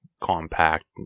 compact